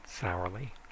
sourly